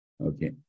Okay